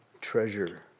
treasure